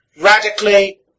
radically